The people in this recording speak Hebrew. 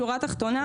שורה תחתונה,